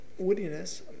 woodiness